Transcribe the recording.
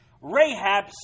Rahab